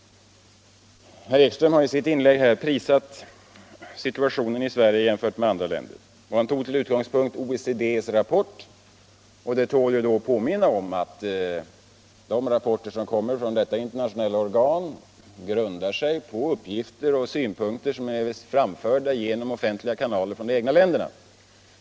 Herr Ekström prisade i sitt inlägg situationen i Sverige jämfört med andra länder. Han tog till utgångspunkt OECD:s rapport. Det tål att påminna om att de rapporter som kommer från detta internationella organ grundar sig på uppgifter och synpunkter som är framförda genom resp. länders offentliga kanaler.